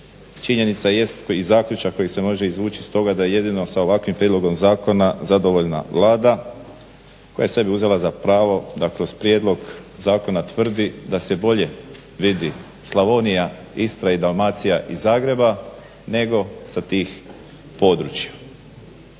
Činjenica jest i zaključak koji se može izvući iz toga da jedino sa ovakvim prijedlogom zakona zadovoljna Vlada koja je sebi uzela za pravo da kroz prijedlog zakona tvrdi da se bolje vidi Slavonija, Istra i Dalmacija iz Zagreba nego sa tih područja.